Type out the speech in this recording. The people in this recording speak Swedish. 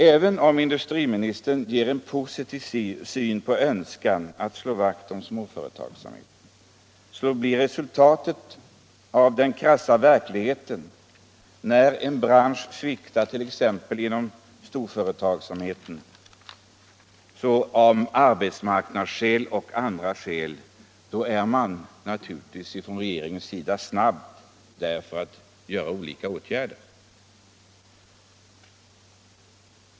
Även om industriministern ger uttryck för en positiv önskan att slå vakt om småföretagsamheten, blir resultatet ett annat i den krassa verkligheten. När en bransch sviktar t.ex. på grund av svårigheter för storföretagsamheten är man av arbetsmarknadsskäl och av andra anledningar naturligtvis på regeringshåll snabb att vidta olika åtgärder.